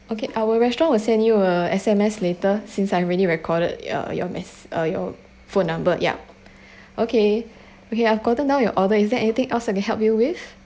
okay our restaurant will send you a S_M_S later since I've already recorded uh your message~ uh your phone number yup okay okay I've gotten down your order is there anything else I can help you with